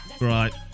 Right